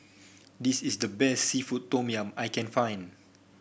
this is the best seafood Tom Yum I can find